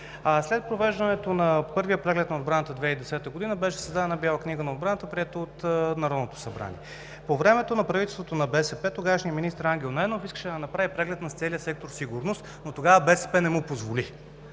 След провеждането на Първия преглед на отбраната през 2020 г. беше създадена „Бяла книга на отбраната“, приета от Народното събрание. По времето на правителството на БСП тогавашният министър Ангел Найденов искаше да направи преглед на целия сектор „Сигурност“, но тогава БСП не му позволи.